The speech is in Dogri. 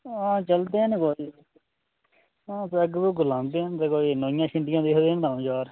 हां जलदे न भई ओह् गलांदे न ते भई नामियां छन्दियां करदे न थोह्ड़े चिर